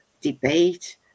debate